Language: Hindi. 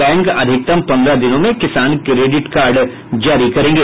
बैंक अधिकतम पंद्रह दिनों में किसान क्रेडिट कार्ड जारी करेंगे